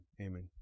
Amen